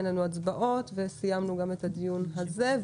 אין לנו הצבעות וסיימנו גם את הדיון הזה.